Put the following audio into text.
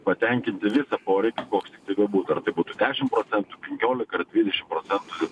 patenkinti visą poreikį koks tiktai bebūtų ar tai būtų dešim procentų penkiolika ar dvidešim procentų